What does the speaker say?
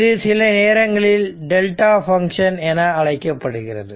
இது சில நேரங்களில் டெல்டா பங்க்ஷன் என அழைக்கப்படுகிறது